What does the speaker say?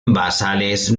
basales